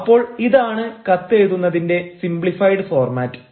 അപ്പോൾ ഇതാണ് കത്തെഴുതുന്നതിന്റെ സിംപ്ലിഫൈഡ് ഫോർമാറ്റ്